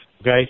okay